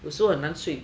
有时候很难睡